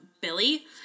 Billy